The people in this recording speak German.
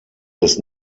des